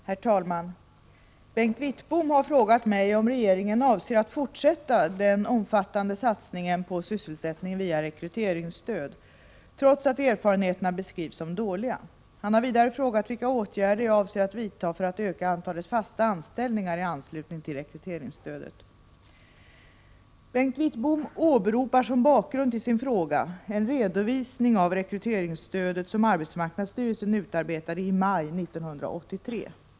Herr talman! Bengt Wittbom har frågat mig om regeringen avser att fortsätta den omfattande satsningen på sysselsättning via rekryteringsstöd trots att erfarenheterna beskrivs som dåliga. Han har vidare frågat vilka åtgärder jag avser att vidta för att öka antalet fasta anställningar i anslutning till rekryteringsstödet. Bengt Wittbom åberopar som bakgrund till sin fråga en redovisning av rekryteringsstödet som arbetsmarknadsstyrelsen utarbetat i maj 1983.